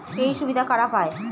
এই সুবিধা কারা পায়?